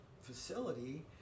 facility